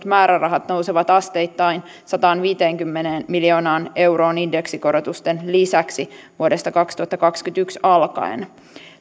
määrärahat nousevat asteittain sataanviiteenkymmeneen miljoonaan euroon indeksikorotusten lisäksi vuodesta kaksituhattakaksikymmentäyksi alkaen